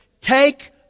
Take